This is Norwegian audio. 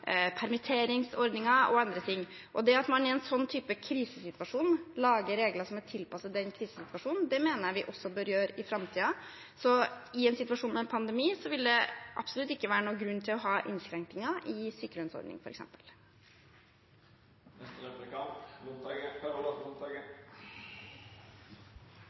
og andre ting. Det at man i en sånn type krisesituasjon lager regler som er tilpasset den krisesituasjonen, mener jeg vi også bør gjøre i framtiden. Så i en situasjon med pandemi vil det absolutt ikke være noen grunn til å ha innskrenkninger i